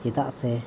ᱪᱮᱫᱟᱜ ᱥᱮ